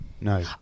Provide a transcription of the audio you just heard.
No